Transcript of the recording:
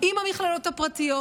עם המכללות הפרטיות,